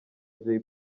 jay